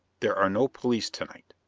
there are no police to-night.